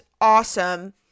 awesome